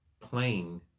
plain